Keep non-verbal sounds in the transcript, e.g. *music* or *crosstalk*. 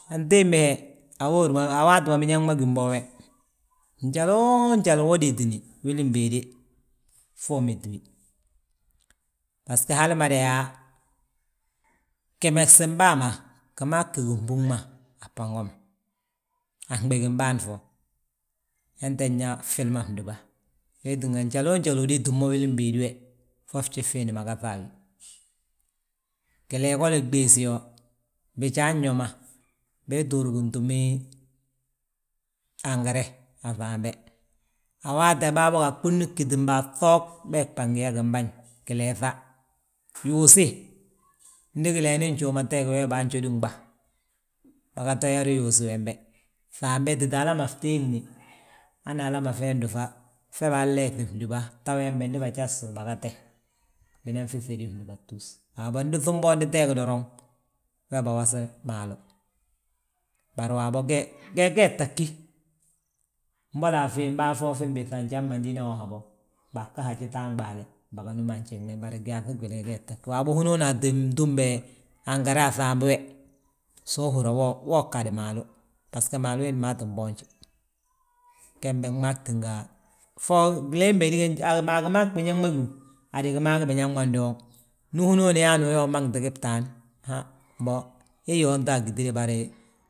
Antimbi he a hori ma a waati ma biñaŋ ma gím bo we, njaloo njali wo détini wili béede, *noise* fo uméti wi. Basgo hal ma yaa, gimegesin bàa ma, gimaa *noise* gi ginbúŋ ma a fbango ma. A fnɓigin bâan fo. Yenten nyaa ffili fndúba, wee tínga njaloo njali udéti mo wilin béedi we, fo fjif fiindi ma gaŧa a wi. Gilee goli gdiisi yo, bijaan yo ma bii ttúuri gintúmin angare a fŧambe. A waate a ɓuni ggítin bâa, bŧoog bee bi bângi yo yaa gimbaŋ, gileefa, *noise* yuusi ndi gileeni njuuma teeg we bajódi gba, baga to yari yuusi wembe. Fŧambe títa hala ma fteegni, han hala fee dduŧa fe baanleefi fndúba, ta wembe ndi bajaste baga tee. Binan fi ŧédi fndúbatus, waabo ndi ŧuunbondi teeg doroŋ, we bawasi maalu ma. Bari waabo ge gee tta ggí, mbolo a fim bâa foo fi mbiiŧa, njan mandina wo habo. Baaga haji tan ɓaale, bagan núma njiŋne, bari gyaaŧ gwili ge, gee tta ggí. Bari waabo hinoona tin túm be, angare a ŧambi we, so húri yaa wo gadu maalu. Basgo maalu wiindi maa tti boonji, gembe gmaa gtinga; Fo gleen béedi ge, a gi maag biñaŋ ma gíw, hadu gimaa gi biñaŋ ma ndooŋi. Ndi hinooni yaani umagti wi btaan, han mbo iyo unta agiti de bari